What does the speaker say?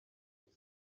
his